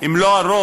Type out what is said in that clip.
אם לא הרוב,